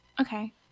okay